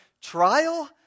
trial